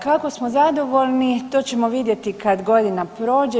Kako smo zadovoljni to ćemo vidjeti kad godina prođe.